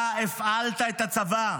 אתה הפעלת את הצבא,